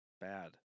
bad